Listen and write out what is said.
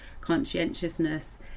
conscientiousness